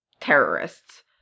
terrorists